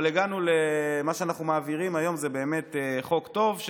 אבל מה שאנחנו מעבירים היום הוא חוק טוב,